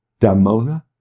Damona